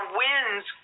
wins